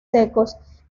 secos